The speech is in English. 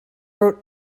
wrote